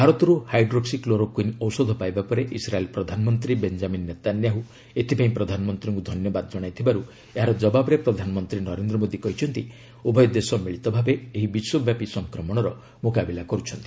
ଭାରତରୁ hydroxychloroquine ଔଷଧ ପାଇବା ପରେ ଇସ୍ରାଏଲ୍ ପ୍ରଧାନମନ୍ତ୍ରୀ ବେଞ୍ଜାମିନ୍ ନେତାନ୍ୟାହୁ ଏଥିପାଇଁ ପ୍ରଧାନମନ୍ତ୍ରୀଙ୍କୁ ଧନ୍ୟବାଦ ଜଣାଇଥିବାରୁ ଏହାର ଜବାବରେ ପ୍ରଧାନମନ୍ତ୍ରୀ ନରେନ୍ଦ୍ ମୋଦି କହିଛନ୍ତି ଉଭୟ ଦେଶ ମିଳିତ ଭାବେ ଏହି ବିଶ୍ୱବ୍ୟାପି ସଂକ୍ରମଣର ମୁକାବିଲା କରୁଛନ୍ତି